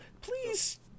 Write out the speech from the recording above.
please